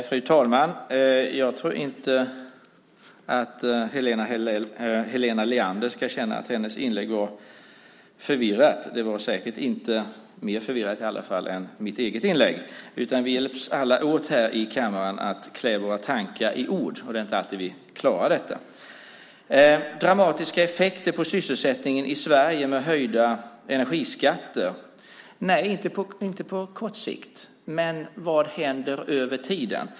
Fru talman! Jag tycker inte att Helena Leander ska känna att hennes inlägg var förvirrat. Det var säkert inte mer förvirrat än mitt eget inlägg, i alla fall. Vi hjälps alla åt här i kammaren att klä våra tankar i ord, och det är inte alltid vi klarar detta. Blir det dramatiska effekter på sysselsättningen i Sverige med höjda energiskatter? Nej, inte på kort sikt. Men vad händer över tiden?